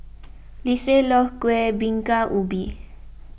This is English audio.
Lisette loves Kuih Bingka Ubi